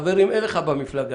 חוסר או היעדר סניפי בנקים